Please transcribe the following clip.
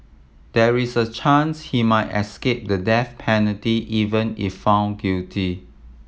there is a chance he might escape the death penalty even if found guilty